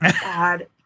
God